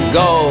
go